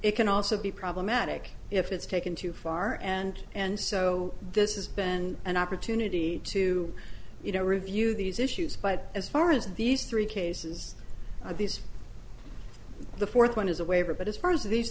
it can also be problematic if it's taken too far and and so this is been an opportunity to you know review these issues but as far as these three cases these the fourth one is a waiver but as far as these